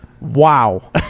Wow